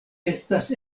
estas